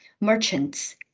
merchants